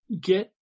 get